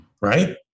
right